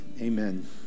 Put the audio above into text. Amen